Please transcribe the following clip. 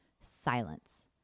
silence